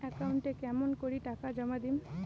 একাউন্টে কেমন করি টাকা জমা দিম?